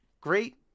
great